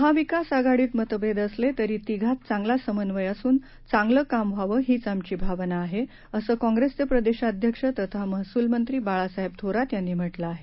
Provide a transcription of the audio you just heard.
महाविकास आघाडीत मतभेद असले तरी तिघांत चांगला समन्वय असून चांगलं काम व्हावं हीच आमची भावना आहे असं काँग्रेसचे प्रदेशाध्यक्ष तथा महसूल मंत्री बाळासाहेब थोरात यांनी म्हटलं आहे